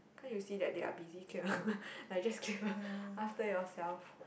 can't you see that they are busy clearing up like just clear after yourself